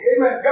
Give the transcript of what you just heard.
Amen